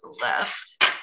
left